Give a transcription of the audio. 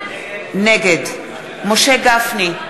נגד משה גפני,